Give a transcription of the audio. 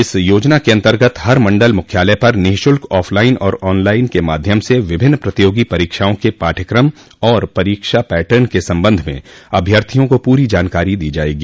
इस योजना के अंतर्गत हर मण्डल मुख्यालय पर निःशुल्क आफलाइन और ऑनलाइन के माध्यम से विभिन्न प्रतियोगी परीक्षाओं के पाठ्यकम और परीक्षा पैटन के संबंध में अभ्यर्थियों को पूरी जानकारी दी जायेगी